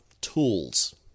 tools